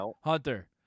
Hunter